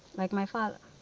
like my father.